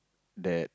that